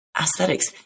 aesthetics